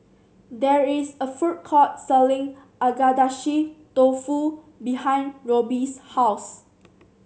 there is a food court selling Agedashi Dofu behind Roby's house